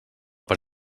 per